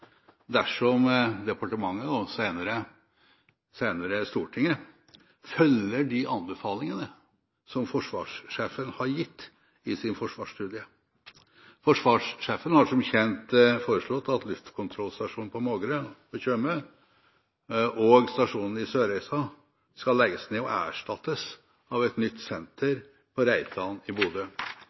dersom departementet – og senere Stortinget – følger de anbefalingene som forsvarssjefen har gitt i sin forsvarsstudie. Forsvarssjefen har som kjent foreslått at stasjonen på Mågerø i Tjøme og stasjonen i Sørreisa skal legges ned og erstattes av et nytt senter på Reitan i Bodø.